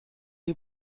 die